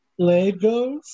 Legos